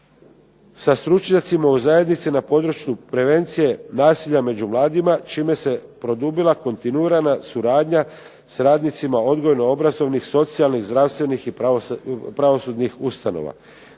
sa stručnjacima u zajednici na području prevencije nasilja među mladima čime se produbila kontinuirana suradnja s radnicima odgojno-obrazovnih, socijalnih, zdravstvenih i pravosudnih ustanova.